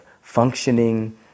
functioning